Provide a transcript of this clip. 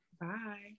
Bye